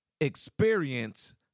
experience